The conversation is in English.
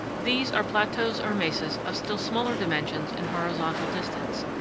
these are plateaus or mesas of still smaller dimensions in horizontal distance,